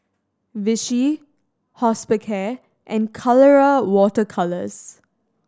Vichy Hospicare and Colora Water Colours